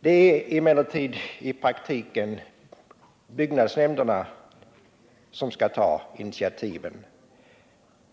Det är emellertid i praktiken byggnadsnämnderna som skall ta initiativ.